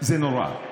וזה נורא.